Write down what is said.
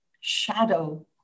shadow